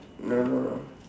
don't know